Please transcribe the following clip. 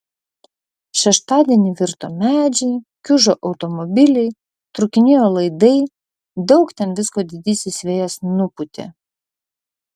šeštadienį virto medžiai kiužo automobiliai trūkinėjo laidai daug ten visko didysis vėjas nupūtė